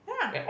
yeah